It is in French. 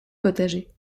potager